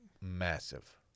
massive